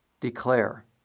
declare